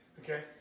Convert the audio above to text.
Okay